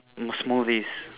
smoothies